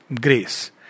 grace